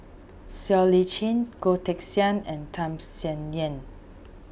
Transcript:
Siow Lee Chin Goh Teck Sian and Tham Sien Yen